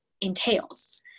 entails